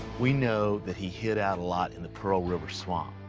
we know that he hid out a lot in the pearl river swamp.